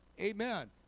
Amen